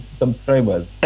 subscribers